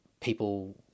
people